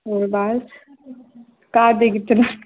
ਹੋਰ ਬਸ ਘਰ ਦੇ ਕਿੱਥੇ